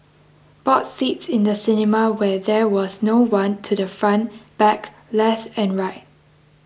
bought seats in the cinema where there was no one to the front back left and right